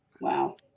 Wow